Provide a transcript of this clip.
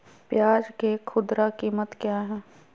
प्याज के खुदरा कीमत क्या है?